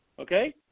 Okay